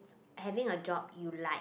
having a job you like